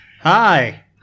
Hi